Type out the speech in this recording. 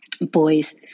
Boys